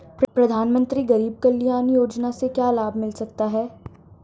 प्रधानमंत्री गरीब कल्याण योजना से क्या लाभ मिल सकता है?